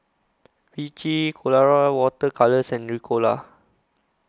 Vichy Colora Water Colours and Ricola